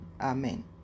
Amen